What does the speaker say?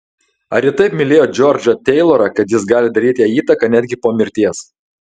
ar ji taip mylėjo džordžą teilorą kad jis gali daryti jai įtaką netgi po mirties